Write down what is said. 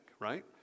right